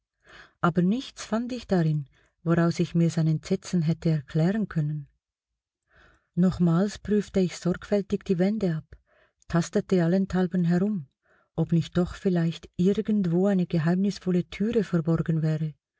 aber nichts fand ich darin woraus ich mir sein entsetzen hätte erklären können nochmals prüfte ich sorgfältig die wände ab tastete allenthalben herum ob nicht doch vielleicht irgendwo eine geheimnisvolle türe verborgen wäre